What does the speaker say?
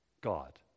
God